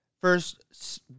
First